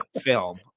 film